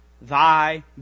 thy